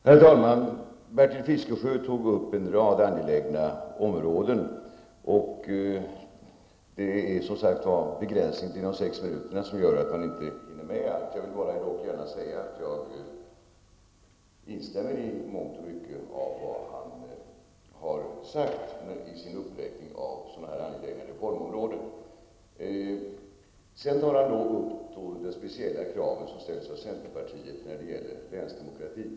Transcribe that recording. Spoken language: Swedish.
Herr talman! Bertil Fiskesjö tog upp en rad angelägna områden, men tidsbegränsningen till sex minuter gör att man inte hinner med allt. Jag vill dock gärna säga att jag instämmer i mångt och mycket av vad han sade om angelägna reformområden. Han tog upp det speciella krav som har ställts av centerpartiet när det gäller länsdemokratin.